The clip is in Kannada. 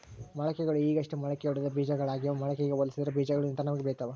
ಮೊಳಕೆಗಳು ಈಗಷ್ಟೇ ಮೊಳಕೆಯೊಡೆದ ಬೀಜಗಳಾಗ್ಯಾವ ಮೊಳಕೆಗೆ ಹೋಲಿಸಿದರ ಬೀಜಗಳು ನಿಧಾನವಾಗಿ ಬೆಳಿತವ